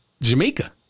Jamaica